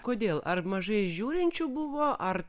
kodėl ar mažai žiūrinčių buvo ar